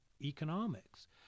economics